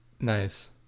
Nice